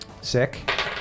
Sick